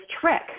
trick